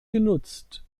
genutzt